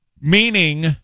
meaning